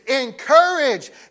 encourage